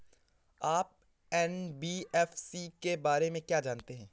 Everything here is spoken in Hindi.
आप एन.बी.एफ.सी के बारे में क्या जानते हैं?